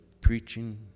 preaching